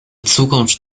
zukunft